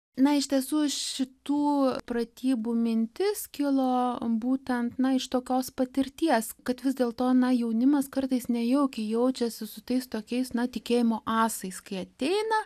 na iš tiesų šitų pratybų mintis kilo būtent iš tokios patirties kad vis dėl to na jaunimas kartais nejaukiai jaučiasi su tais tokiais na tikėjimo asais kai ateina